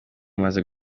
umaze